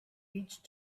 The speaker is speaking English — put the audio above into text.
each